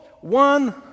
one